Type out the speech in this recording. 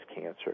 cancer